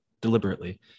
deliberately